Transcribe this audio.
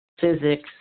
Physics